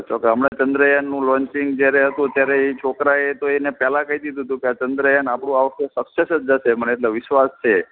જો કે હમણાં જ ચંદ્રયાનનું લોન્ચિંગ જયારે હતું ત્યારે એ છોકરાએ તો એણે પહેલાં કહી દીધું હતું કે આ ચંદ્રયાન આપણું આ વખતે સકસેસ જ જશે મને એટલો વિશ્વાસ છે